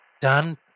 done